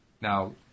Now